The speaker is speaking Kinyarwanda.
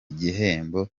igihembo